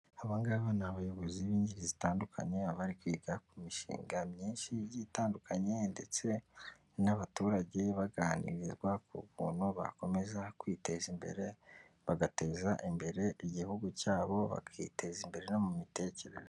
Aba ngaba ni abayobozi b'ingeri zitandukanye baba bari kwiga ku mishinga myinshi igiye itandukanye ndetse n'abaturage baganirizwa ku kuntu bakomeza kwiteza imbere bagateza imbere igihugu cyabo, bakiteza imbere no mu mitekerereze.